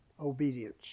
obedience